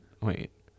Wait